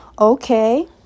Okay